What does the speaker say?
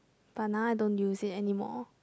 but now I don't use it anymore